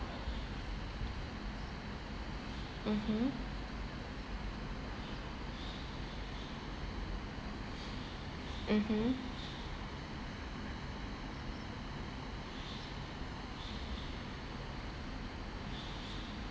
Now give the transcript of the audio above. mmhmm mmhmm